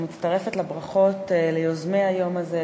אני מצטרפת לברכות ליוזמי היום הזה,